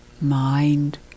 mind